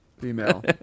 Female